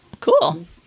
cool